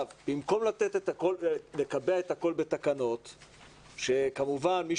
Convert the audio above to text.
במקום לקבע את הכול בתקנות שכמובן מי